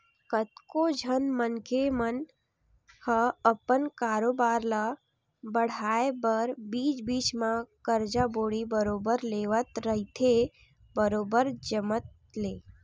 कतको झन मनखे मन ह अपन कारोबार ल बड़हाय बर बीच बीच म करजा बोड़ी बरोबर लेवत रहिथे बरोबर जमत ले